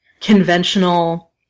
conventional